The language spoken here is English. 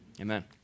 Amen